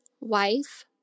wife